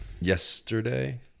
yesterday